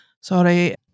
sorry